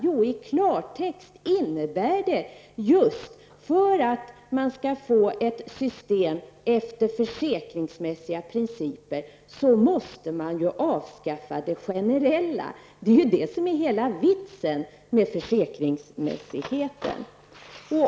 Jo, i klartext innebär det att man, för att få ett system efter försäkringsmässiga principer, måste avskaffa de generella principerna. Det är hela vitsen med försäkringsmässigheten.